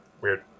weird